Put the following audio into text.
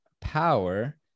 power